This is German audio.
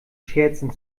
scherzen